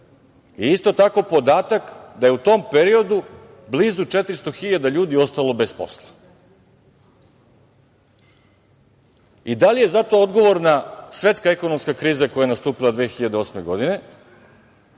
imamo podatak da je u tom periodu blizu 400 hiljada ljudi ostalo bez posla. Da li je za to odgovorna svetska ekonomska kriza koja je nastupila 2008. godine